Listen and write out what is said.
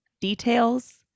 details